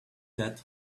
that